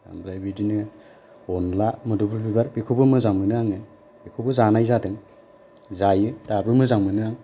ओमफ्राय बिदिनो अनला मोदोमफुल बिबार बेखौबो मोजां मोनो आं बेखौबो जानाय जादों जायो दाबो मोजां मोनो आं